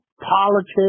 politics